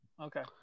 Okay